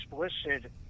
explicit